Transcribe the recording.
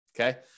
Okay